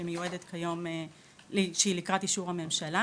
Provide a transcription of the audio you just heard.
שמיועדת היום לקראת אישור הממשלה